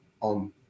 on